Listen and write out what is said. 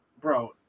bro